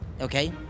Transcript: Okay